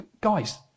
guys